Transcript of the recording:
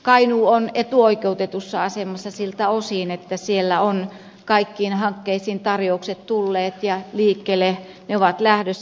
kainuu on etuoikeutetussa asemassa siltä osin että siellä on kaikkiin hankkeisiin tarjoukset tulleet ja liikkeelle ne ovat lähdössä